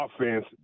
offense